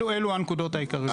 אלו הנקודות העיקריות.